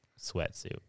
sweatsuit